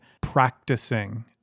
practicing